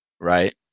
right